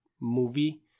movie